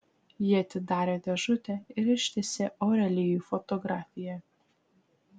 ji atidarė dėžutę ir ištiesė aurelijui fotografiją